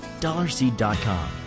Dollarseed.com